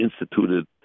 instituted